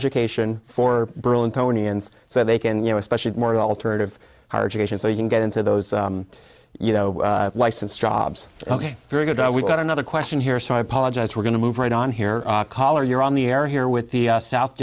education for berlin tony and so they can you know especially more alternative higher education so you can get into those you know license jobs ok very good now we've got another question here so i apologize we're going to move right on here caller you're on the air here with the south